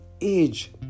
age